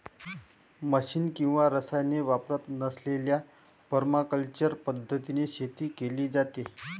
machine किंवा रसायने वापरत नसलेल्या परमाकल्चर पद्धतीने शेती केली जाते